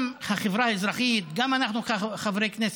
גם החברה האזרחית, גם אנחנו, חברי הכנסת,